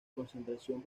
concentración